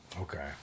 Okay